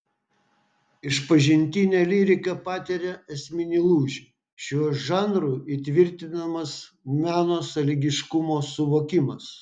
išpažintinė lyrika patiria esminį lūžį šiuo žanru įtvirtinamas meno sąlygiškumo suvokimas